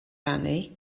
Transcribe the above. rannu